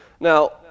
Now